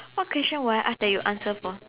what question will I ask that you answer for